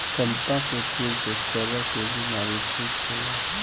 चंपा के फूल से चरक के बिमारी ठीक होला